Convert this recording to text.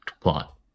plot